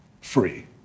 free